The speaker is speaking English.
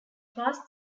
pass